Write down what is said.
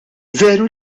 veru